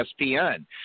ESPN